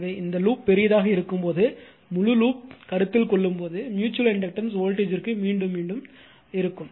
எனவே இந்த லூப் பெரியதாக இருக்கும் போது முழு லூப் கருத்தில் கொள்ளும்போது ம்யூச்சுவல் இண்டக்டன்ஸ் வோல்டேஜ் ற்கு மீண்டும் மீண்டும் இருக்கும்